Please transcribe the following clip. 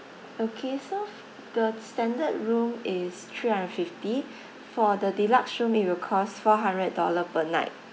okay so the standard room is three hundred fifty for the deluxe room it will cost four hundred dollar per night